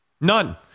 None